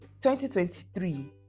2023